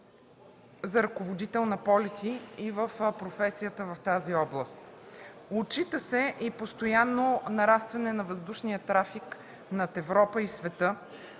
за ръководител на полети и професията в тази област. Отчита се и постоянно нарастване на въздушния трафик над Европа и света,